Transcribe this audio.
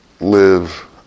live